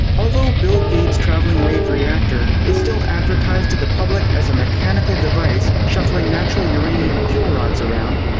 although bill gates traveling wave reactor is still advertised to the public as a mechanical device shuffling natural uranium fuel rods around.